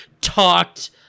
talked